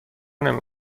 نمی